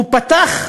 הוא פתח,